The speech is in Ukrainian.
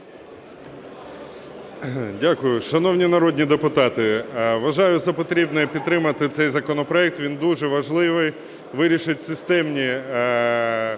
Дякую. Шановні народні депутати, вважаю за потрібне підтримати цей законопроект, він дуже важливий, вирішить системні